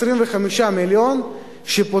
25 מיליון שקל,